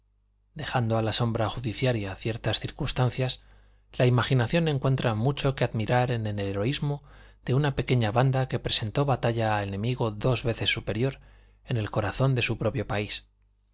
dejando a la sombra judiciaria ciertas circunstancias la imaginación encuentra mucho que admirar en el heroísmo de una pequeña banda que presentó batalla a enemigo dos veces superior en el corazón de su propio país